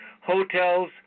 Hotels